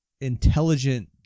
intelligent